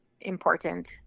important